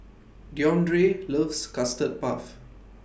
Deondre loves Custard Puff